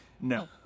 No